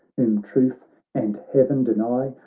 whom truth and heaven deny.